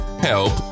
Help